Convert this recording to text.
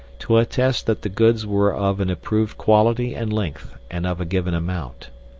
to attest that the goods were of an approved quality and length, and of a given amount.